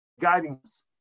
guidance